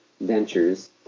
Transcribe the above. ventures